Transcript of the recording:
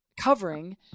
covering